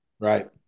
Right